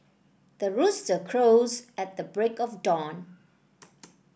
the rooster crows at the break of dawn